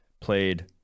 played